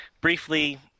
briefly